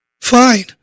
Fine